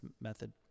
method